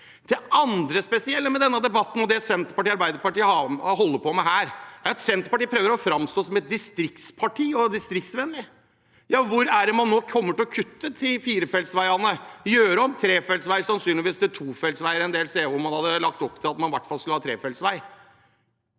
Det andre spesielle med denne debatten og det Senterpartiet og Arbeiderpartiet holder på med her, er at Senterpartiet prøver å framstå som et distriktsparti og som distriktsvennlige. Ja, hvor er det man nå kommer til å kutte firefeltsveiene og sannsynligvis gjøre om trefelts veier til tofelts veier en del steder hvor man hadde lagt opp til at man i hvert fall skulle ha trefelts vei?